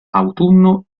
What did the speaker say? autunno